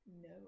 No